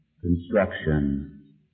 construction